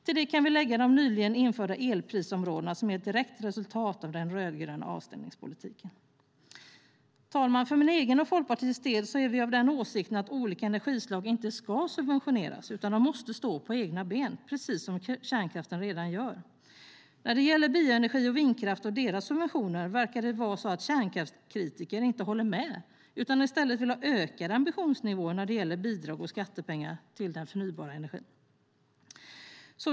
Till det kan vi lägga de nyligen införda elprisområdena som är ett direkt resultat av den rödgröna avstängningspolitiken. Fru talman! För min egen och Folkpartiets del är vi av den åsikten att olika energislag inte ska subventioneras utan måste stå på egna ben, precis som kärnkraften redan gör. När det gäller bioenergi och vindkraft och deras subventioner verkar det vara så att kärnkraftskritiker inte håller med utan i stället vill ha ökade ambitionsnivåer när det gäller bidrag och skattepengar till den förnybara energin.